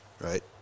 Right